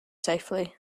safely